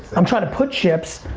i'm trying to put chips.